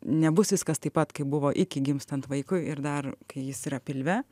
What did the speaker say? nebus viskas taip pat kaip buvo iki gimstant vaikui ir dar kai jis yra pilve